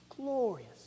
glorious